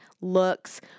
looks